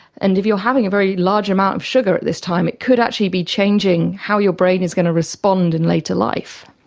and if you are having a very large amount of sugar at this time it could actually be changing how your brain is going to respond in later life.